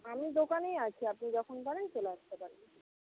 আমি দোকানেই আছি আপনি যখন পারেন চলে আসতে পারেন